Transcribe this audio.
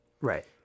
Right